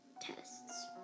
tests